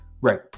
Right